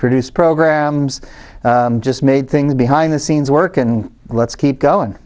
produce programs just made things behind the scenes work and let's keep going